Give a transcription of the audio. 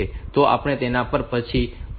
તો આપણે તેના પર પછીથી આવીશું